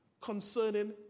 concerning